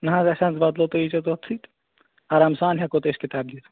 نہ حظ اَسہِ نہ حظ بَدلوو تُہۍ یی زیٚو توٚتتھٕے آرام سان ہیٚکو تۅہہِ أسۍ کِتاب دِتھ